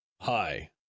Hi